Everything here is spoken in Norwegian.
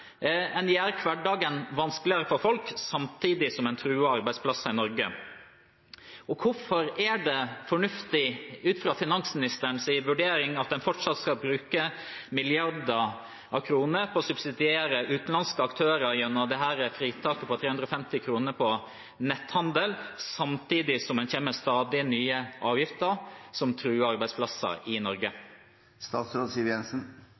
En gjør hverdagen vanskeligere for folk, samtidig som en truer arbeidsplasser i Norge. Hvorfor er det fornuftig – ut fra finansministerens vurdering – at en fortsatt skal bruke milliarder av kroner på å subsidiere utenlandske aktører gjennom fritaket på 350 kr på netthandel, samtidig som en kommer med stadig nye avgifter som truer arbeidsplasser i